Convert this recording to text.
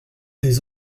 des